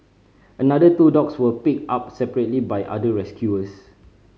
another two dogs were picked up separately by other rescuers